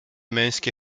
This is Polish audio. męskie